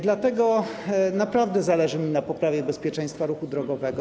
Dlatego naprawdę zależy mi na poprawie bezpieczeństwa ruchu drogowego.